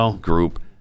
group